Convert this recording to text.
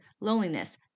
loneliness